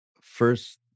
first